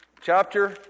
chapter